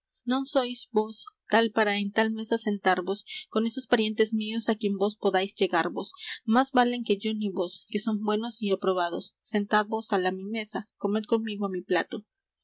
sois vos tal para en tal mesa sentarvos con esos parientes míos á quien vos podáis llegarvos más valen que yo ni vos que son buenos y aprobados sentadvos á la mi mesa comed conmigo á mi plato